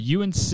UNC